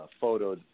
photo